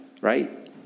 right